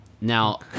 Now